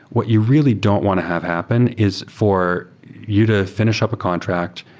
what you really don't want to have happen is for you to fi nish up a contract.